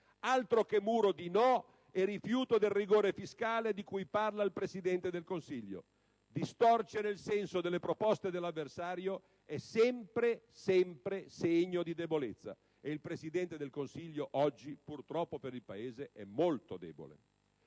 Altro che muro di no e rifiuto del rigore fiscale di cui parla il Presidente del Consiglio! Distorcere il senso delle proposte dell'avversario è sempre - sempre - segno di debolezza, e il Presidente del Consiglio oggi, purtroppo per il Paese, è molto debole.